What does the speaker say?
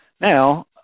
Now